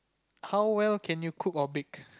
how well can you cook or bake